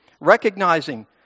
recognizing